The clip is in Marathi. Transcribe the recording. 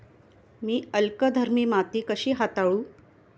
मी अल्कधर्मी माती कशी हाताळू?